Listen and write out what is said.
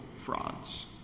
frauds